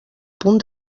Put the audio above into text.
punt